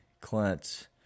Clint